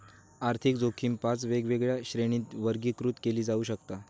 आर्थिक जोखीम पाच वेगवेगळ्या श्रेणींत वर्गीकृत केली जाऊ शकता